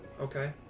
Okay